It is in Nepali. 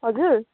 हजुर